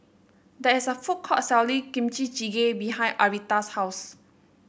there is a food court selling Kimchi Jjigae behind Aretha's house